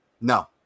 No